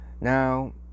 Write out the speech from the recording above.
Now